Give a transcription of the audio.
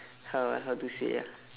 how ah how to say ah